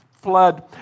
flood